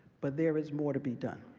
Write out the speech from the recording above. but there is more to be done.